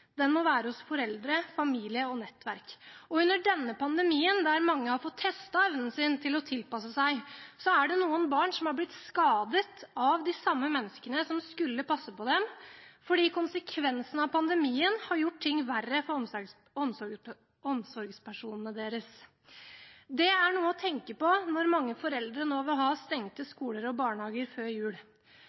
være hos foreldre, familie og nettverk. Under denne pandemien, der mange har fått testet sin evne til å tilpasse seg, er det noen barn som har blitt skadet av de samme menneskene som skulle passe på dem, fordi konsekvensene av pandemien har gjort ting verre for omsorgspersonene deres. Det er noe å tenke på når mange foreldre nå vil ha stengte skoler og barnehager før jul.